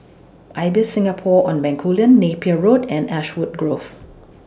Ibis Singapore on Bencoolen Napier Road and Ashwood Grove